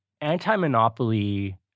anti-monopoly